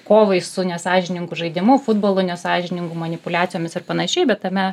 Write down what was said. kovai su nesąžiningu žaidimu futbolu nesąžiningu manipuliacijomis ir panašiai bet tame